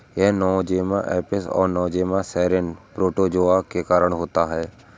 यह Nosema apis और Nosema ceranae protozoa के कारण होता है